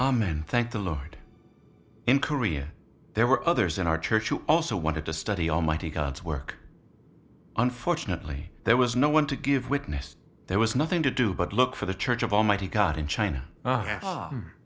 men thank the lord in korea there were others in our church who also wanted to study almighty god's work unfortunately there was no one to give witness there was nothing to do but look for the church of almighty god in china